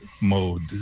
mode